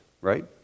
right